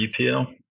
UPL